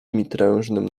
mitrężnym